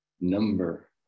number